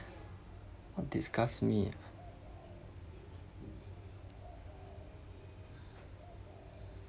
what disgust me ah